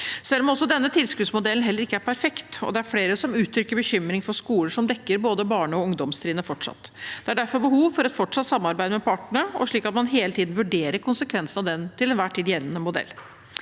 heller ikke denne tilskuddsmodellen er perfekt, og flere fortsatt uttrykker bekymring for skoler som dekker både barneog ungdomstrinnet. Det er derfor behov for et fortsatt samarbeid med partene, slik at man hele tiden vurderer konsekvensene av den til enhver tid gjeldende modell.